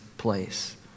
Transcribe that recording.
place